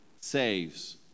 saves